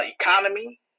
economy